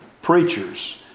preachers